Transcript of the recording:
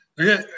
Okay